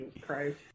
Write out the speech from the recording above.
Christ